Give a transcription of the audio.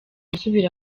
gusubira